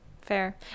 fair